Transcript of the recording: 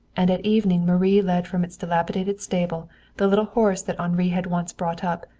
and at evening marie led from its dilapidated stable the little horse that henri had once brought up,